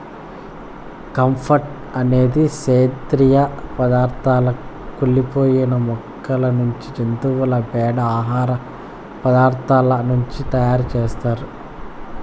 compost అనేది సేంద్రీయ పదార్థాల కుళ్ళి పోయిన మొక్కల నుంచి, జంతువుల పేడ, ఆహార పదార్థాల నుంచి తయారు చేత్తారు